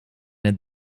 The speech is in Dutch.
het